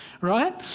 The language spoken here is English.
right